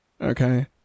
Okay